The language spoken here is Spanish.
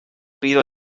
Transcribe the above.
pido